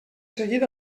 seguit